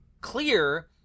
clear